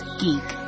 geek